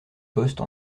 poste